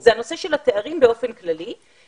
זה הנושא של התארים באופן כללי.